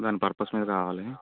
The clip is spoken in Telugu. దాని పర్పస్ మీద కావాలి